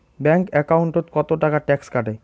Bank একাউন্টত কতো টাকা ট্যাক্স কাটে?